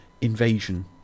invasion